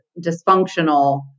dysfunctional